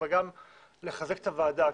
גם לחזק את הוועדה,